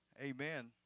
Amen